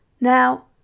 Now